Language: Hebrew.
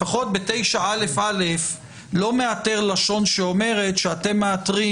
לפחות בסעיף 9א(א) לא מאתר לשון שאומרת שאתם מאתרים